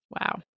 Wow